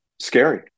scary